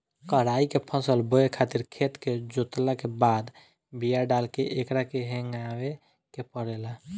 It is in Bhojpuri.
कराई के फसल बोए खातिर खेत के जोतला के बाद बिया डाल के एकरा के हेगावे के पड़ेला